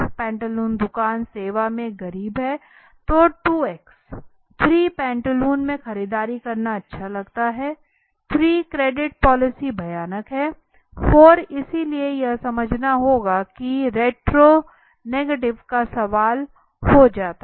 pantaloon दुकान सेवा में गरीब है वो 2 X 3 पैंटालून में खरीदारी करना अच्छा लगता है 3 क्रेडिट पॉलिसी भयानक हैं 4 इसलिए यहाँ समझना होगा कि रेट्रो नेगेटिव का सवाल हो सकता है